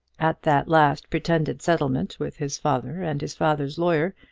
at that last pretended settlement with his father and his father's lawyer,